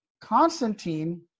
Constantine